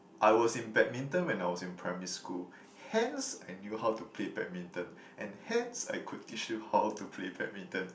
I was in badminton when I was in primary school hence I knew how to play badminton and hence I could teach you how to play badminton